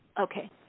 Okay